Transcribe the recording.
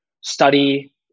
study